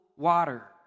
water